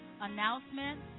announcement